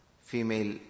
female